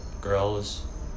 girls